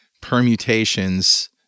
permutations